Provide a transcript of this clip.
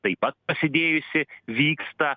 taip pat pasidėjusi vyksta